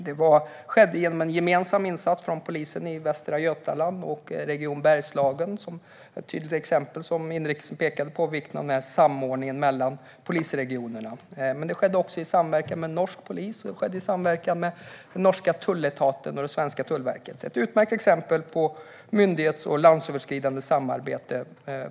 Det skedde genom en gemensam insats av polisen i Västra Götaland och Region Bergslagen - det är ett tydligt exempel på det som inrikesministern pekade på, nämligen vikten av samordning mellan polisregionerna. Men det skedde också i samverkan med norsk polis, och det skedde i samverkan med norska Tolletaten och det svenska Tullverket. Det är ett utmärkt exempel på ett myndighets och landsöverskridande samarbete.